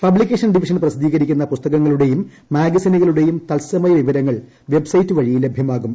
പബ്ലിക്കേഷ ൻ ഡിവിഷൻ പ്രസിദ്ധീകരിക്കുന്ന പുസ്തകങ്ങളുടെയും മാഗസിനുകളുടെയും തത്സമയ വിവരങ്ങൾ വെബ്സൈറ്റ് വഴി ലഭൃമാകും